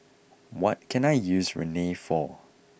what can I use Rene for